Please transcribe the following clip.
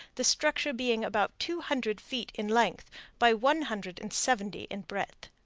the structure being about two hundred feet in length by one hundred and seventy in breadth.